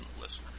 listeners